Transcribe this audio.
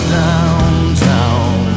downtown